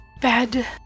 bed